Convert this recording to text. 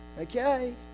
Okay